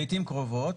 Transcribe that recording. לעיתים קרובות